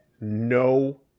no